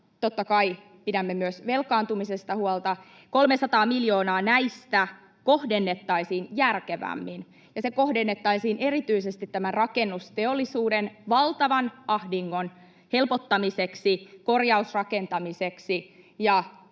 totta kai pidämme myös velkaantumisesta huolta — kohdennettaisiin järkevämmin. Ja se kohdennettaisiin erityisesti tämän rakennusteollisuuden valtavan ahdingon helpottamiseen, korjausrakentamiseen ja